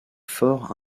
fort